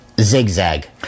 zigzag